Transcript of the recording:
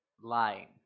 lying